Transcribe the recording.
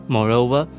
Moreover